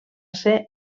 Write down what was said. ser